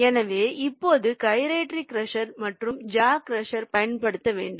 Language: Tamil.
எனவே எப்போது கைரேட்டரி க்ரஷர் மற்றும் ஜா க்ரஷர் பயன்படுத்த வேண்டும்